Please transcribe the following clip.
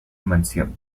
mansión